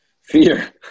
fear